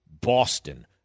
Boston